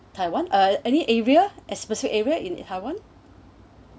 taiwan uh any area as specific area in taiwan